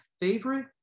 favorite